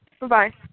Bye-bye